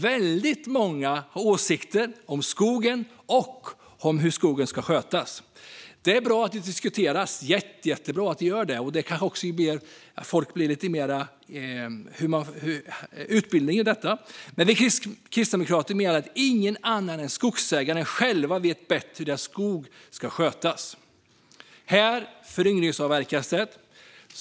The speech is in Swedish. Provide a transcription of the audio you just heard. Väldigt många har åsikter om skogen och hur skogen ska skötas. Det är jättebra att det diskuteras och att folk kanske får lite mer kunskap. Vi kristdemokrater menar dock att inga andra vet bättre än skogsägarna själva hur deras skog ska skötas. Det föryngringsavverkas.